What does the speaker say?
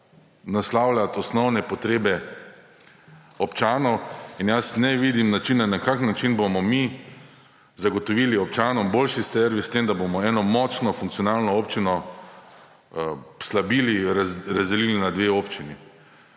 naslavljati osnovne potrebe občanov. In jaz ne vidim načina, na kakšen način bomo mi zagotovili občanom boljši servis s tem, da bomo eno močno, funkcionalno občino slabili, razdelili na dve občini.